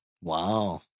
Wow